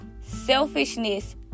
selfishness